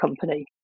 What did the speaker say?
company